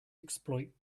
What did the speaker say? exploit